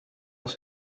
dans